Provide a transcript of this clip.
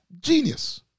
Genius